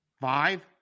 Five